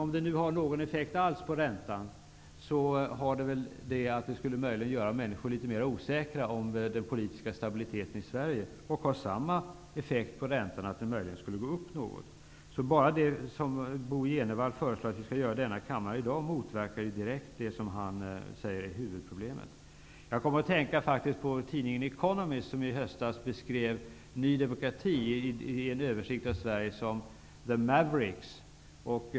Om den nu har någon effekt alls på räntan, är det väl att den möjligen skulle göra människor litet mer osäkra om den politiska stabiliteten i Sverige. Räntorna skulle möjligen gå upp något. Bara det Bo G Jenevall föreslår att vi i dag skall göra i denna kammare motverkar direkt en lösning på det som han säger är huvudproblemet. Jag kom faktiskt att tänka på tidningen The Economist, som i höstas beskrev Ny demokrati i en översikt av Sverige som ''the Mavericks''.